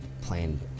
playing